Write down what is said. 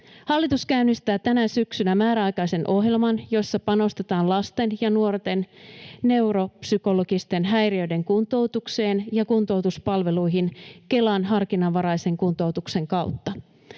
Hallitus käynnistää tänä syksynä määräaikaisen ohjelman, jossa panostetaan lasten ja nuorten neuropsykologisten häiriöiden kuntoutukseen ja kuntoutuspalveluihin Kelan harkinnanvaraisen kuntoutuksen kautta.